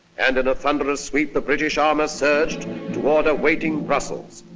and in a thunderous sweep, the british armor surged toward a waiting brussels.